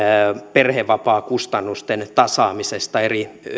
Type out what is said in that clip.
perhevapaakustannusten tasaamisesta eri